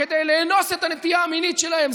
כדי לאנוס את הנטייה המינית שלהם.